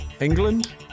England